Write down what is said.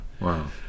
Wow